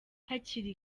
hakiri